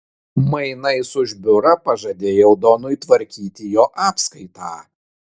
mainais už biurą pažadėjau donui tvarkyti jo apskaitą